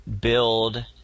build